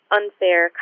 unfair